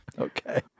Okay